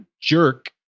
jerk